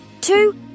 two